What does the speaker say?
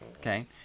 okay